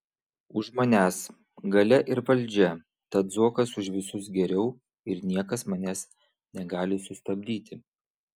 už manęs galia ir valdžia tad zuokas už visus geriau ir niekas manęs negali sustabdyti